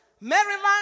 Maryland